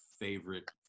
favorite